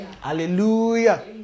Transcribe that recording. hallelujah